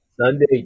Sunday